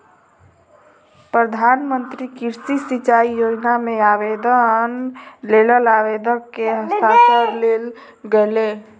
प्रधान मंत्री कृषि सिचाई योजना मे आवेदनक लेल आवेदक के हस्ताक्षर लेल गेल